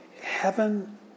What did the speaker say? Heaven